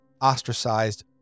ostracized